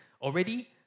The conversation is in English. Already